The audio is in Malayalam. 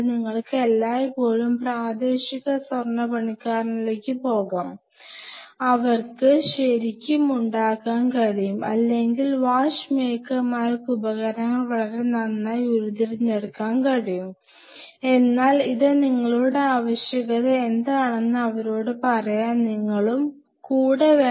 നിങ്ങൾക്ക് എല്ലായ്പ്പോഴും പ്രാദേശിക സ്വർണ്ണപ്പണിക്കാരനിലേക്ക് പോകാം അവർക്ക് ശരിക്കും ഉണ്ടാക്കാൻ കഴിയും അല്ലെങ്കിൽ വാച്ച് മേക്കർമാർക്ക് ഉപകരണങ്ങൾ വളരെ നന്നായി ഉരുത്തിരിഞ്ഞെടുക്കാൻ കഴിയും എന്നാൽ ഇത് നിങ്ങളുടെ ആവശ്യകത എന്താണെന്നു അവരോടു പറയാൻ നിങ്ങൾ കൂടെ ഉണ്ടാവണം